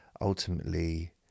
ultimately